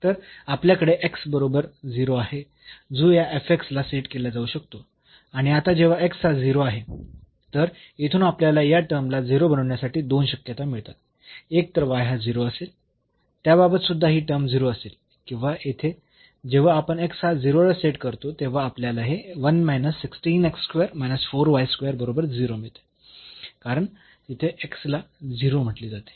तर आपल्याकडे बरोबर 0 आहे जो या ला सेट केला जाऊ शकतो आणि आता जेव्हा हा 0 आहे तर येथून आपल्याला या टर्मला 0 बनविण्यासाठी दोन शक्यता मिळतात एकतर हा 0 असेल त्याबाबत सुद्धा ही टर्म 0 असेल किंवा येथे जेव्हा आपण हा 0 ला सेट करतो तेव्हा आपल्याला हे बरोबर 0 मिळते कारण तिथे ला 0 म्हटले जाते